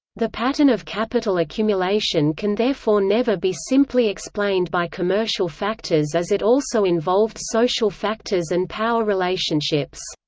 the pattern of capital accumulation can therefore never be simply explained by commercial factors as it also involved social factors and power relationships.